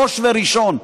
ראש וראשון,